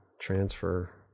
Transfer